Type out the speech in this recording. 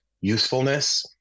usefulness